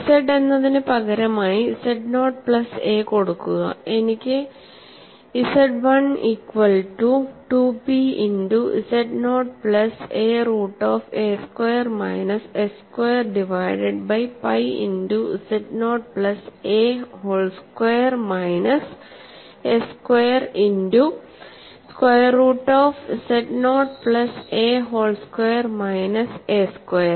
z എന്നതിന് പകരമായിz naught plus a കൊടുക്കുക എനിക്ക് ZI equal to 2P into z naught plus a root of a square minus s square divided by pi into z naught plus a whole square minus s square into square root of z naught plus a whole square minus a square